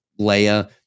Leia